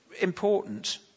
important